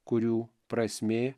kurių prasmė